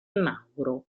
mauro